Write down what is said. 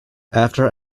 after